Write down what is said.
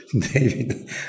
David